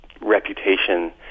reputation